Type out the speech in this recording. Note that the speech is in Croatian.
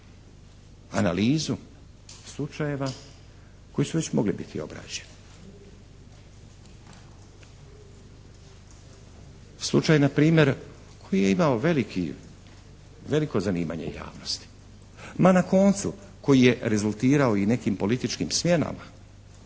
analizu slučajeva koji su već mogli biti obrađeni? Slučaj npr. koji je imao veliko zanimanje javnosti. Ma na koncu, koji je rezultirao i nekim političkim smjenama